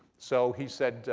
so he said,